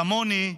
כמוני,